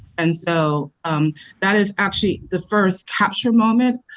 and so that is actually the first capture moment,